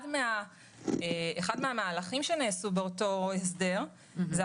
אחד מן המהלכים שנעשו באותו הסדר היה